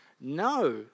no